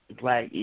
black